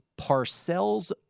Parcells